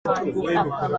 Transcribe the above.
abantu